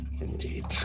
Indeed